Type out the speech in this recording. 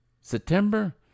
September